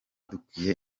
dukwiye